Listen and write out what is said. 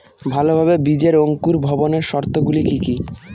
ভালোভাবে বীজের অঙ্কুর ভবনের শর্ত গুলি কি কি?